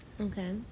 Okay